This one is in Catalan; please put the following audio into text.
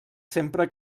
sempre